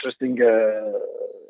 interesting